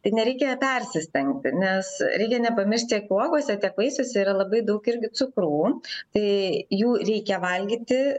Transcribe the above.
tai nereikia persistengti nes reikia nepamiršti tiek uogose vaisiuose yra labai daug irgi cukrų tai jų reikia valgyti